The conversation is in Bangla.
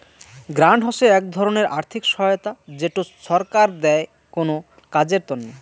গ্রান্ট হসে এক ধরণের আর্থিক সহায়তা যেটো ছরকার দেয় কোনো কাজের তন্নে